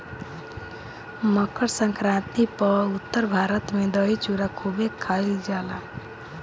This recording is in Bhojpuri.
मकरसंक्रांति पअ उत्तर भारत में दही चूड़ा खूबे खईल जाला